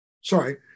Sorry